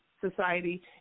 society